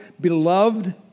beloved